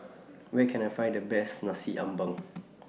Where Can I Find The Best Nasi Ambeng